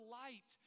light